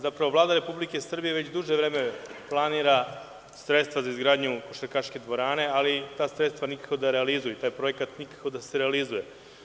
Zapravo, Vlada Republike Srbije već duže vreme planira sredstva za izgradnju košarkaške dvorane, ali ta sredstva nikako da realizuju i taj projekat nikako da se realizuje.